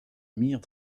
meer